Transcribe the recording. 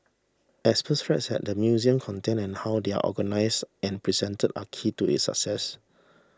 experts stressed that the museum content and how they are organised and presented are key to its success